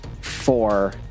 four